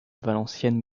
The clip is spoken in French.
valenciennes